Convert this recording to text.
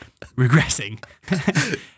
regressing